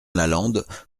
lalande